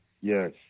Yes